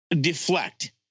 deflect